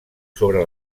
sobre